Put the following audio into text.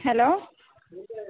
hello